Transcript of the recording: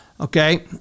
Okay